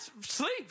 Sleep